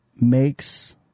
makes